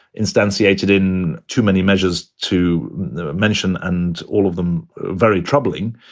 instantiated in too many measures to mention and all of them very troubling.